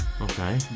Okay